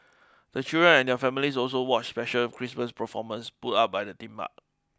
the children and their families also watched special Christmas performance put up by the theme park